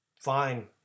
fine